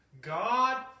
God